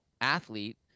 athlete